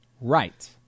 Right